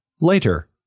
Later